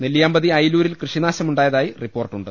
നെല്ലിയാമ്പതി അയിലൂരിൽ കൃഷിനാശമുണ്ടാ യതായി റിപ്പോർട്ടുണ്ട്